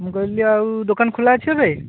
ମୁଁ କହିଲି ଆଉ ଦୋକାନ ଖୋଲା ଅଛି ଏବେ